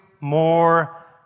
more